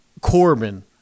corbin